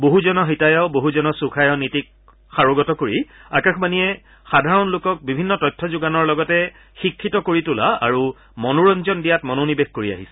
বহুজন হিতায় বহুজন সুখায় নীতিক সাৰোগত কৰি আকাশবাণীয়ে সাধাৰণ লোকক বিভিন্ন তথ্য যোগানৰ লগতে শিক্ষিত কৰি তোলা আৰু মনোৰঞ্জন দিয়াত মনোনিৰেশ কৰি আহিছে